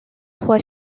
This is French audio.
trois